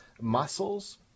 muscles